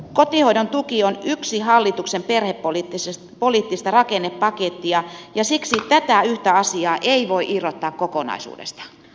kotihoidon tuki on yksi osa hallituksen perhepoliittista rakennepakettia ja siksi tätä yhtä asiaa ei voi irrottaa kokonaisuudesta